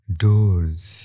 doors